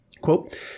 quote